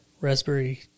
Raspberry